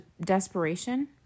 desperation